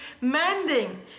mending